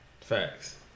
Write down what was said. Facts